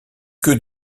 que